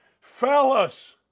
fellas